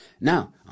Now